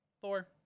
Thor